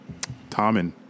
Tommen